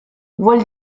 vuol